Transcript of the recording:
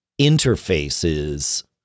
interfaces